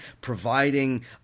providing